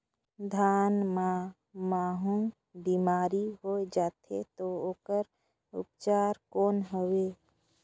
धान मां महू बीमारी होय जाथे तो ओकर उपचार कौन हवे?